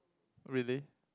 really